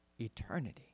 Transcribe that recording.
eternity